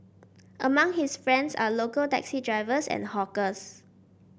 among his friends are local taxi drivers and hawkers